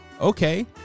Okay